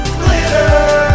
glitter